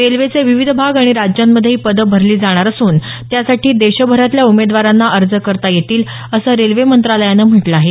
रेल्वेचे विविध भाग आणि राज्यांमध्ये ही पदं भरली जाणार असून त्यासाठी देशभरातल्या उमेदवारांना अर्ज करता येतील असं रेल्वे मंत्रालयानं म्हटलं आहे